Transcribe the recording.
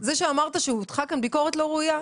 זה שאמרת שהוטחה כאן ביקורת לא ראויה,